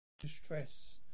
Distress